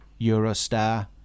Eurostar